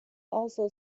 also